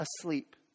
asleep